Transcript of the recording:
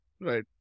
Right